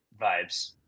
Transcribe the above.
vibes